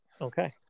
Okay